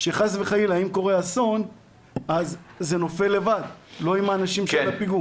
שחס וחלילה אם קורה אסון זה נופל לבד ולא עם האנשים שעל הפיגום.